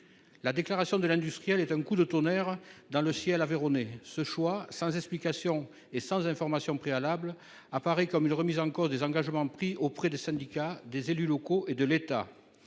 La déclaration de l'industriel est un coup de tonnerre dans le ciel aveyronnais. Ce choix, sans explication et sans information préalables, apparaît comme une remise en cause des engagements pris auprès des syndicats, des élus locaux et de l'État.